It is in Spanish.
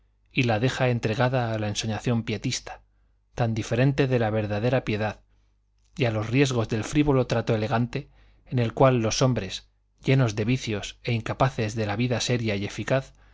y la deja entregada a la ensoñación pietista tan diferente de la verdadera piedad y a los riesgos del frívolo trato elegante en el cual los hombres llenos de vicios e incapaces de la vida seria y eficaz